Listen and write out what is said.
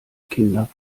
kinder